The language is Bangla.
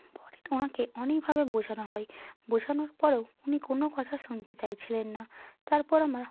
পরে তো ওনাকে অনেকভাবে বোঝানো হয় বোঝানোর পরেও উনি কোনো কথা শুনতে চাইছিলেন না তারপর আমার